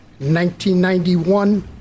1991